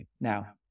now